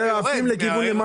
יותר עולים.